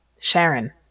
Sharon